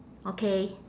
okay